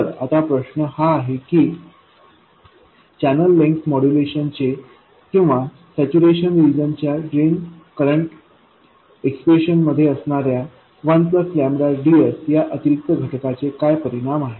तर आता प्रश्न हा आहे की चॅनेल लेंग्थ मॉड्युलेशन चे किंवा सॅच्युरेशन रीजन च्या ड्रेन करंट एक्सप्रेशन मध्ये असणाऱ्या 1VDS या अतिरिक्त घटका चे काय परिणाम आहेत